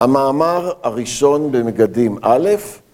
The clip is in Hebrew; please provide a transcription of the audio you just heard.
‫המאמר הראשון במגדים א',